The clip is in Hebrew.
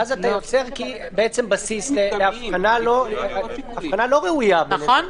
ואז אתה יוצר בסיס להבחנה לא ראויה בין אזורים.